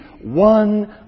one